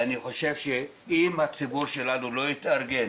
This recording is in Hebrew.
אני חושב שאם הציבור שלנו לא יתארגן